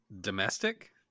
Domestic